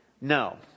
No